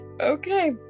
Okay